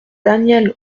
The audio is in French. danièle